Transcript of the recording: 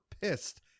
pissed